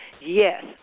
Yes